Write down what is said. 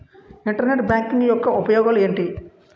Internet banking యెక్క ఉపయోగాలు ఎంటి?